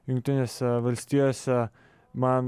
jungtinėse valstijose man